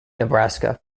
nebraska